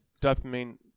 dopamine